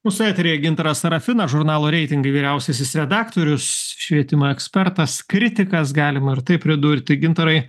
mūsų eteryje gintaras sarafinas žurnalo reitingai vyriausiasis redaktorius švietimo ekspertas kritikas galima ir taip pridurti gintarai